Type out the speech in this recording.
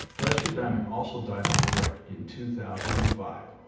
lester diamond also died on the wreck in two thousand and five.